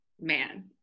man